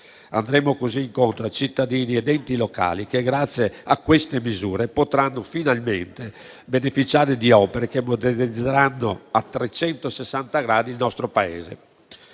Andremo così incontro a cittadini ed enti locali che, grazie a queste misure, potranno finalmente beneficiare di opere che modernizzeranno a trecentosessanta gradi il nostro Paese.